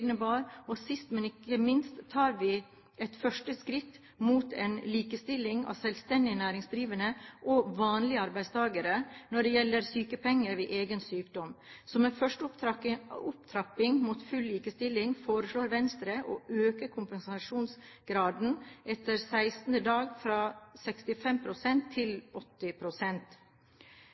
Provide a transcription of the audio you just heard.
og sist, men ikke minst tar vi et første skritt mot en likestilling av selvstendig næringsdrivende og «vanlige» arbeidstakere når det gjelder sykepenger ved egen sykdom. Som en første opptrapping mot full likestilling foreslår Venstre å øke kompensasjonsgraden etter 16. dag fra 65 pst. til